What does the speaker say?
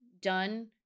done